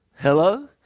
hello